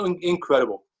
incredible